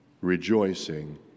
Rejoicing